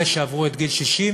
אלה שעברו את גיל 60,